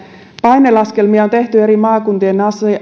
painelaskelmia on tehty eri maakuntien